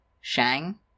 Shang